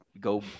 go